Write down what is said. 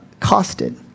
costed